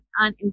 on